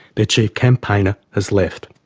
their chief campaigner has left.